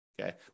Okay